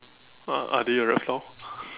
uh are they a reptile